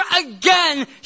again